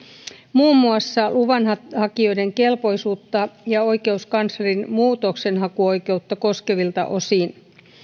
muun muassa luvanhakijoiden kelpoisuutta ja oikeuskanslerin muutoksenhakuoikeutta koskevilta osin